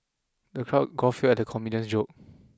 the crowd guffawed at the comedian's joke